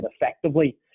effectively